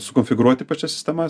sukonfigūruoti pačias sistemas